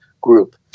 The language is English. group